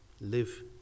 live